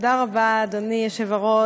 תודה רבה, אדוני היושב-ראש.